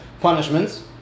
punishments